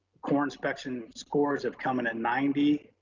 core inspection scores have coming at ninety,